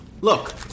Look